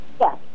Yes